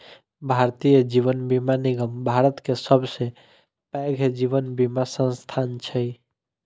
भारतीय जीवन बीमा निगम भारत के सबसे पैघ जीवन बीमा संस्थान छै